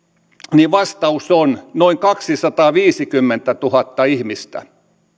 niin vastaus on että noin kaksisataaviisikymmentätuhatta ihmistä